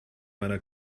meiner